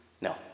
No